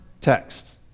text